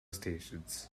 stations